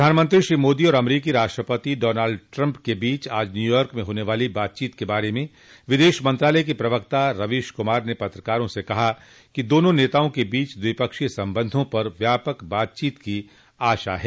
प्रधानमंत्री श्री मोदी और अमरीकी राष्ट्रपति डॉनाल्ड ट्रम्प के बीच आज न्यूयॉर्क में होने वाली बातचीत के बारे में विदेश मंत्रालय के प्रवक्ता रवीश कुमार ने पत्रकारों से कहा कि दोनों नेताओं के बीच द्विपक्षीय संबंधों पर व्यापक बातचीत की आशा है